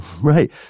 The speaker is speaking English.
Right